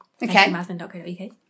Maslin.co.uk